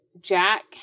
Jack